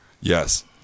Yes